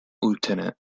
lieutenant